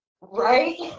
Right